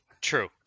True